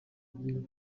mijyi